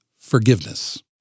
forgiveness